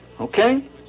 Okay